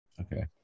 okay